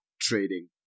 trading